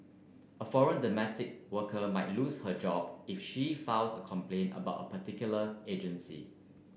a foreign domestic worker might lose her job if she files a complaint about a particular agency